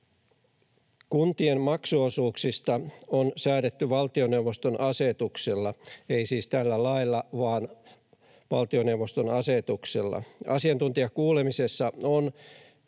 Kuntien maksuosuuksista on säädetty valtioneuvoston asetuksella, ei siis tällä lailla vaan valtioneuvoston asetuksella. Asiantuntijakuulemisessa on tuotu